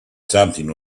something